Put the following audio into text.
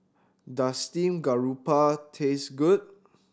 does steamed garoupa taste good